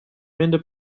minder